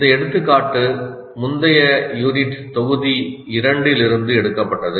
இந்த எடுத்துக்காட்டு முந்தைய யூனிட் தொகுதி 2 இலிருந்து எடுக்கப்பட்டது